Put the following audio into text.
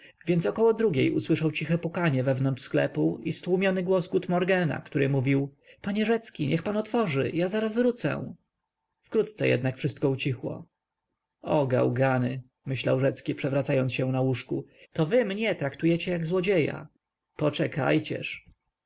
więc około drugiej usłyszał ciche pukanie wewnątrz sklepu i stłumiony głos gutmorgena który mówił panie rzecki niech pan otworzy ja zaraz wrócę wkrótce jednak wszystko ucichło o gałgany myślał rzecki przewracając się na łóżku to wy mnie traktujecie jak złodzieja poczekajcież